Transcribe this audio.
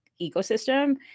ecosystem